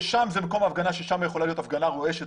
שם זה מקום ההפגנה ושם יכולה להיות הפגנה רועשת